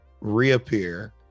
reappear